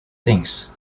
things